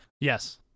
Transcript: Yes